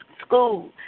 school